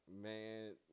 man